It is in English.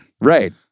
Right